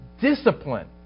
discipline